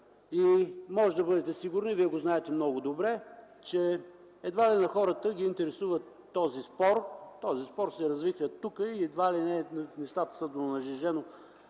Можете да бъдете сигурни, а и вие го знаете много добре, че едва ли хората ги интересува този спор. Този спор се развихря тук и едва ли не нещата са нажежени